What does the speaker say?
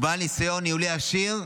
הוא בעל ניסיון ניהולי עשיר,